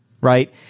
right